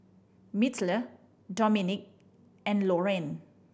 Myrtle Dominick and Loraine